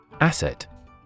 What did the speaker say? Asset